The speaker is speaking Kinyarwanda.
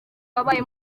wabaye